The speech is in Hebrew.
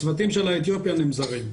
הצוותים של אתיופיאן הם זרים.